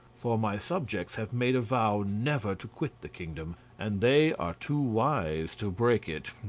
for my subjects have made a vow never to quit the kingdom, and they are too wise to break it.